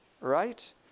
right